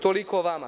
Toliko o vama.